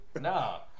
No